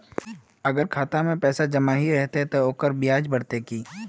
अगर खाता में पैसा जमा ही रहते ते ओकर ब्याज बढ़ते की?